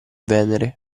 venere